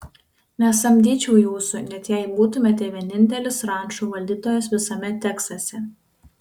nesamdyčiau jūsų net jei būtumėte vienintelis rančų valdytojas visame teksase